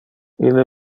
ille